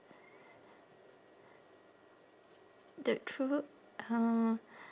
the true uh